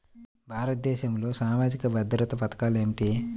భారతదేశంలో సామాజిక భద్రతా పథకాలు ఏమిటీ?